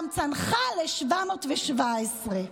ובאותו הלילה גם צנחה ל-717.